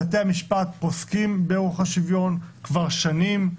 בתי המשפט פוסקים לפי ערך השוויון כבר שנים,